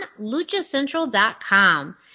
LuchaCentral.com